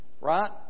right